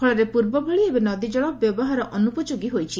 ଫଳରେ ପୂର୍ବଭଳି ଏବେ ନଦୀକଳ ବ୍ୟବହାର ଅନୁପଯୋଗୀ ହୋଇଛି